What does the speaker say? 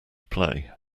play